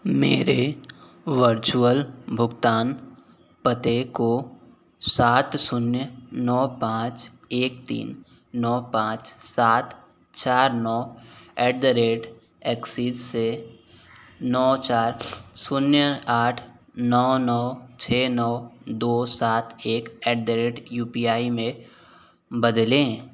मेरे वर्चुअल भुगतान पते को सात शून्य नौ पाँच एक तीन नौ पाँच सात चार नौ एट द रेट एक्सिस से नौ चार शून्य आठ नौ नौ छः नौ दो सात एक at the rate U P I में बदलें